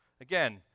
Again